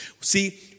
See